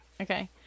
Okay